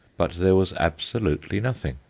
but there was absolutely nothing.